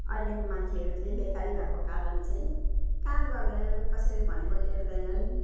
अहिलेको मान्छेहरू चाहिँ बेकारी भएको कारण चाहिँ काम गर्दैनन् कसैले भनेको टेर्दैनन्